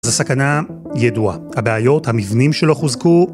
זו סכנה ידועה, הבעיות, המבנים שלא חוזקו